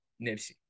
nipsey